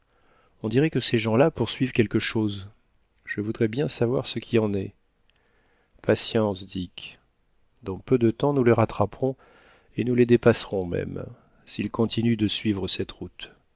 on dirait que ces gens-là poursuivent quelque chose je voudrais bien savoir ce qui en est patience dick dans peu de temps nous les rattraperons et nous les dépasserons même s'ils continuent de suivre cette route